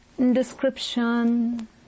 description